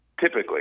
Typically